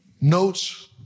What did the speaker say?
notes